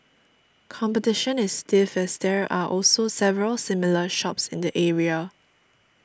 competition is stiff as there are also several similar shops in the area